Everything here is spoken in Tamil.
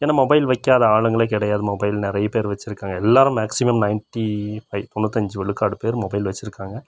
ஏன்னா மொபைல் வைக்காத ஆளுங்களே கிடையாது மொபைல் நிறைய பேர் வச்சு இருக்காங்க எல்லாரும் மேக்ஸிமம் நைன்டி ஃபை தொண்ணூத்தஞ்சு விழுக்காடு பேர் மொபைல் வச்சியிருக்காங்க